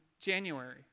January